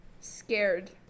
Scared